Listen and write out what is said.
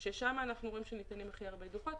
שם אנחנו רואים שניתנים הכי הרבה דוחות.